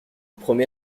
promet